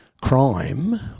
crime